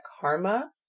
karma